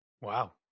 Wow